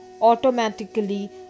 automatically